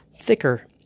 thicker